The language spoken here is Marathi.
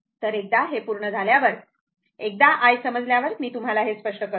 तरएकदा हे पूर्ण झाल्यावर एकदा i समजल्यावर मी तुम्हाला हे स्पष्ट करतो